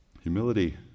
Humility